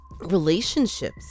relationships